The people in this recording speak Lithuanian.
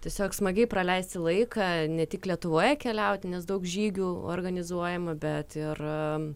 tiesiog smagiai praleisti laiką ne tik lietuvoje keliauti nes daug žygių organizuojama bet ir